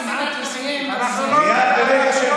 מייד ברגע,